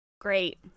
Great